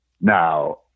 Now